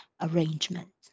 arrangement